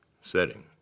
setting